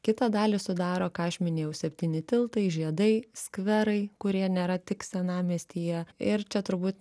kitą dalį sudaro ką aš minėjau septyni tiltai žiedai skverai kurie nėra tik senamiestyje ir čia turbūt